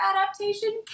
Adaptation